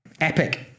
Epic